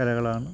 കലകളാണ്